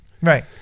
Right